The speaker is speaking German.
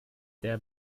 der